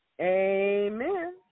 Amen